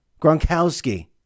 Gronkowski